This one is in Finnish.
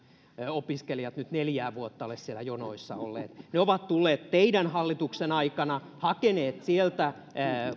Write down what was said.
opiskelijat nyt neljää vuotta ole siellä jonoissa olleet ne ovat tulleet teidän hallituksen aikana hakeneet sieltä